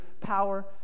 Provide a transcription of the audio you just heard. power